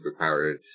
superpowered